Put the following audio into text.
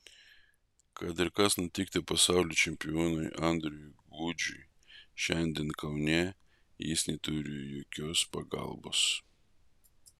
kad ir kas nutiktų pasaulio čempionui andriui gudžiui šiandien kaune jis neturi jokios pagalbos